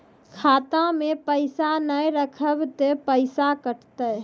खाता मे पैसा ने रखब ते पैसों कटते?